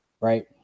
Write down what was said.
right